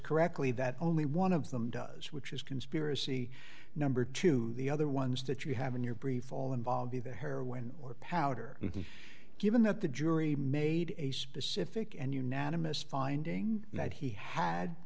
correctly that only one of them does which is conspiracy number two the other ones that you have in your brief all involve either her wind or powder and given that the jury made a specific